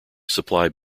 supply